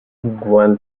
gwen